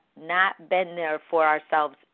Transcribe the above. not-been-there-for-ourselves